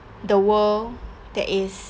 the world that is